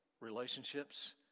relationships